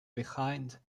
behind